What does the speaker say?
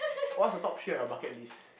what's the top three on your bucket list